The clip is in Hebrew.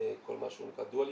כל מה שנקרא dual use,